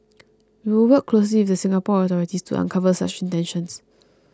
we will work closely with the Singapore authorities to uncover such intentions